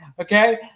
Okay